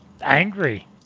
angry